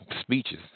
speeches